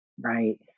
right